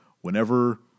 whenever